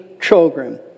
children